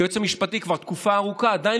כי היועץ המשפטי כבר תקופה ארוכה עדיין